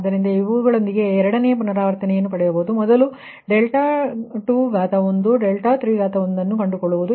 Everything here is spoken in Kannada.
ಆದ್ದರಿಂದ ಇವುಗಳೊಂದಿಗೆ ಎರಡನೆಯ ಪುನರಾವರ್ತನೆಯಲ್ಲಿ ಪಡೆಬಹುದು ಅದು ಮೊದಲು ∆2 ∆3 ಅನ್ನು ಕಂಡುಕೊಳ್ಳುವುದು